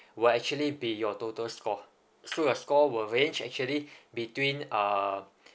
would actually be your total score so your score would range actually between uh